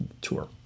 tour